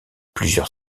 plusieurs